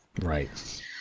Right